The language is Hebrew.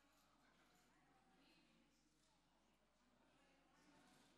אני לא מתבייש להגיד את זה,